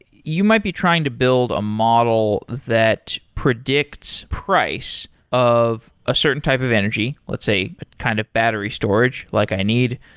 you might be trying to build an model that predicts price of a certain type of energy, let's say a kind of battery storage, like i need.